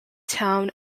town